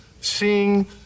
seeing